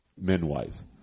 men-wise